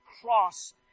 cross